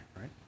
right